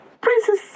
Princess